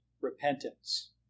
repentance